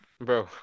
bro